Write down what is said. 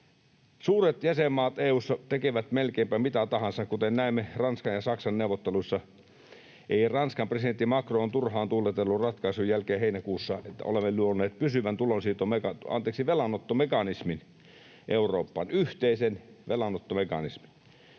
Suuret jäsenmaat EU:ssa tekevät melkeinpä mitä tahansa, kuten näimme Ranskan ja Saksan neuvotteluissa. Ei ranskan presidentti Macron turhaan tuuletellut ratkaisun jälkeen heinäkuussa, että olemme luoneet pysyvän velanottomekanismin Eurooppaan, yhteisen velanottomekanismin.